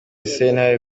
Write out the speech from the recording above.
sentare